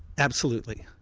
absolutely.